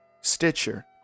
Stitcher